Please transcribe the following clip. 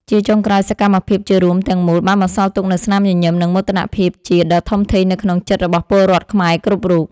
ជាចុងក្រោយ សកម្មភាពជារួមទាំងមូលបានបន្សល់ទុកនូវស្នាមញញឹម និងមោទនភាពជាតិដ៏ធំធេងនៅក្នុងចិត្តរបស់ពលរដ្ឋខ្មែរគ្រប់រូប។